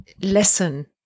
lesson